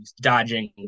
dodging